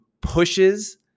pushes